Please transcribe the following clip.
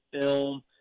film